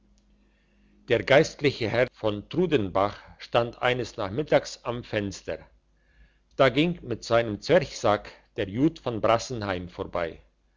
der geistliche herr von trudenbach stand eines nachmittags am fenster da ging mit seinem zwerchsack der jud von brassenheim vorbei